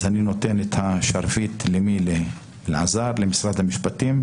אז אני נותן את השרביט למשרד המשפטים.